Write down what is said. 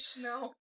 no